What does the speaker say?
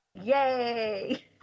Yay